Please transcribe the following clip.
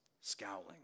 scowling